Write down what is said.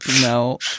No